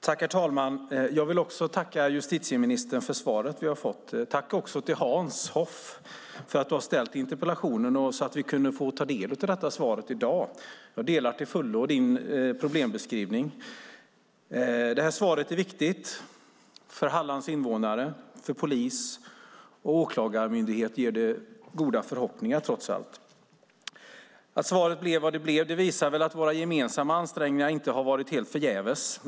Herr talman! Också jag vill tacka justitieministern för det svar vi har fått. Tack också till Hans Hoff för att du har ställt interpellationen så att vi kunde få ta del av detta svar i dag! Jag delar till fullo synen i din problembeskrivning. Svaret är viktigt för Hallands invånare, och för polis och åklagarmyndighet inger det trots allt goda förhoppningar. Att svaret blev vad det blev visar väl att våra gemensamma ansträngningar inte har varit helt förgäves.